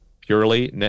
purely